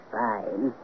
fine